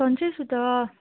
सन्चै छु त